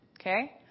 okay